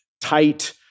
tight